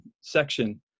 section